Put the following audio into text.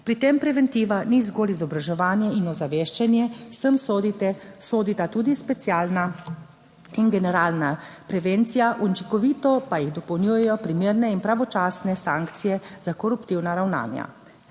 Pri tem preventiva ni zgolj izobraževanje in ozaveščanje, sem sodita tudi specialna in generalna prevencija, učinkovito pa jih dopolnjujejo primerne in pravočasne sankcije za koruptivna ravnanja.